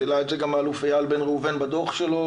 והעלה את זה גם האלוף איל בן ראובן בדוח שלו,